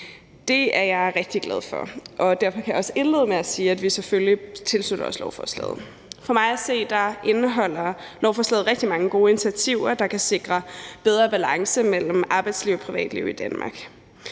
Det er jeg rigtig glad for, og derfor kan jeg også indlede med at sige, at vi selvfølgelig tilslutter os lovforslaget. For mig at se indeholder lovforslaget rigtig mange gode initiativer, der kan sikre bedre balance mellem arbejdsliv og privatliv i Danmark.